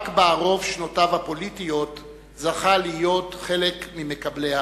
רק בערוב שנותיו הפוליטיות זכה להיות חלק ממקבלי ההחלטות.